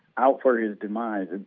out for his demise.